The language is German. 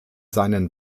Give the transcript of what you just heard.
seinen